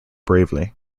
bravely